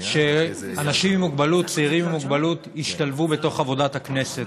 שצעירים עם מוגבלות ישתלבו בעבודת הכנסת,